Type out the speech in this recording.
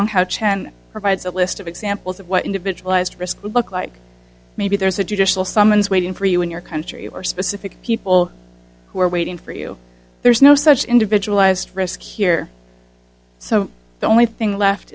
chen provides a list of examples of what individualized risk would look like maybe there's a judicial summons waiting for you in your country or specific people who are waiting for you there's no such individualized risk here so the only thing left